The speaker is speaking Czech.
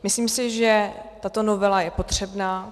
Myslím si, že tato novela je potřebná.